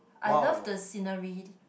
I love the scenery